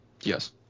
Yes